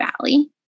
valley